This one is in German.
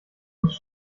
muss